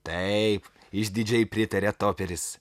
taip išdidžiai pritarė toperis